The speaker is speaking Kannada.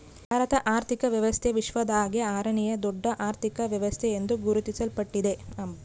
ಭಾರತದ ಆರ್ಥಿಕ ವ್ಯವಸ್ಥೆ ವಿಶ್ವದಾಗೇ ಆರನೇಯಾ ದೊಡ್ಡ ಅರ್ಥಕ ವ್ಯವಸ್ಥೆ ಎಂದು ಗುರುತಿಸಲ್ಪಟ್ಟಿದೆ